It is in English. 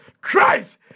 Christ